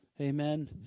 Amen